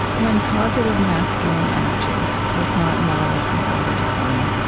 when positive masculine energy is not modeled from father to son,